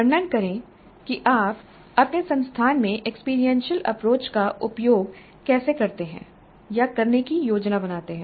वर्णन करें कि आप अपने संस्थान में एक्सपीरियंशियल अप्रोच का उपयोग कैसे करते हैं या करने की योजना बनाते हैं